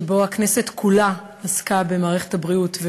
שבו הכנסת כולה עסקה במערכת הבריאות,